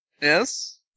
Yes